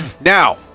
Now